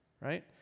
right